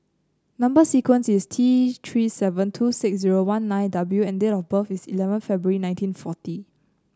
number sequence is T Three seven two six zero one nine W and date of birth is eleven February nineteen forty